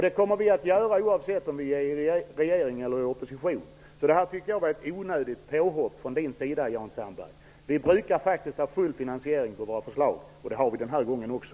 Det kommer vi att göra oavsett om vi är i regeringsställning eller i opposition. Det var ett onödigt påhopp av Jan Sandberg. Vi brukar ha full finansiering för våra förslag. Det har vi denna gång också.